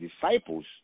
disciples